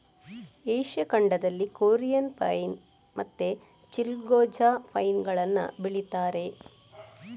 Asia ಖಂಡದಲ್ಲಿ Korean pine ಮತ್ತೆ chilgoza pine ಗಳನ್ನ ಬೆಳೀತಾರೆ